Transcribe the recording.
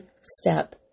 step